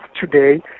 today